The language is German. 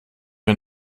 wir